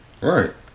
Right